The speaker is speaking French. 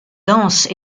dense